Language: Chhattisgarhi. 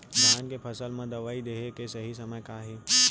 धान के फसल मा दवई देहे के सही समय का हे?